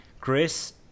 Chris